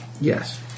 Yes